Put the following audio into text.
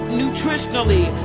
nutritionally